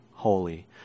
holy